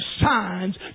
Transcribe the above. signs